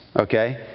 okay